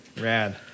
Rad